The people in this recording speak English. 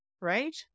right